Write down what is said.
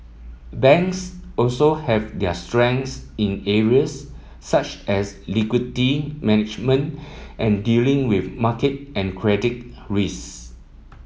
banks also have their strengths in areas such as liquidity management and dealing with market and credit risk